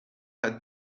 had